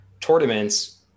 tournaments